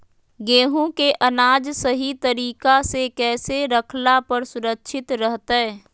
गेहूं के अनाज सही तरीका से कैसे रखला पर सुरक्षित रहतय?